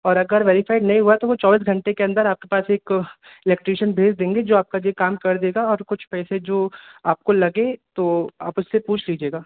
और अगर वेरिफाइड नहीं हुआ तो वह चौबीस घंटे के अन्दर आपके पास एक इलेक्ट्रिशियन भेज देंगे जो आपका यह काम कर देगा और कुछ पैसे जो आपको लगे तो आप उससे पूछ लीजिएगा